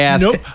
Nope